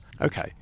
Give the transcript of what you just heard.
okay